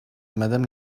madame